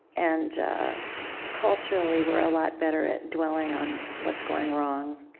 and culturally, we're a lot better at dwelling on what's going wrong,